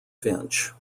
finch